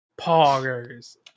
poggers